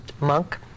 monk